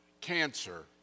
cancer